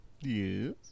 Yes